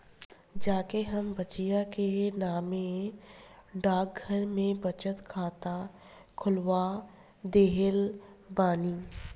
जा के हम बचिया के नामे डाकघर में बचत खाता खोलवा देले बानी